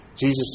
Jesus